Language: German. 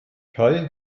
kai